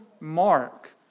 mark